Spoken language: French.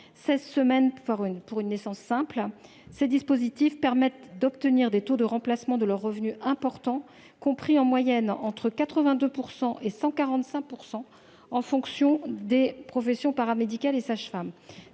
16 semaines pour une naissance simple. Ces dispositifs permettent d'obtenir des taux de remplacement de leurs revenus importants, compris, en moyenne, entre 82 % et 145 % en fonction des professions paramédicales et sages-femmes.